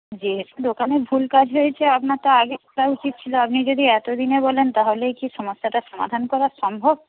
যেহেতু দোকানে ভুল কাজ হয়েছে আপনার তো আগে বলা উচিত ছিল আপনি যদি এতদিনে বলেন তাহলে কি সমস্যাটার সমাধান করা সম্ভব